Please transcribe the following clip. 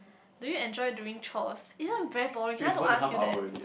do you enjoy doing chores isn't very boring can I don't ask you that